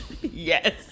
Yes